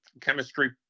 chemistry